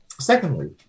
secondly